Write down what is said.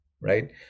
right